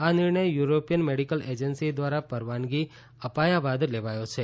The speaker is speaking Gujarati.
આ નિર્ણય યુરોપિયન મેડિકલ એજન્સી દ્વારા પરવાનગી અપાયા બાદ લેવાયો છે